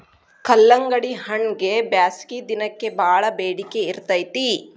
ಕಲ್ಲಂಗಡಿಹಣ್ಣಗೆ ಬ್ಯಾಸಗಿ ದಿನಕ್ಕೆ ಬಾಳ ಬೆಡಿಕೆ ಇರ್ತೈತಿ